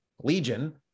Legion